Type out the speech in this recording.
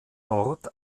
dort